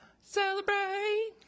Celebrate